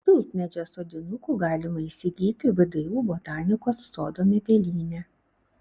tulpmedžio sodinukų galima įsigyti vdu botanikos sodo medelyne